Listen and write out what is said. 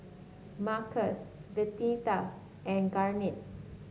Marcus Venita and Garnett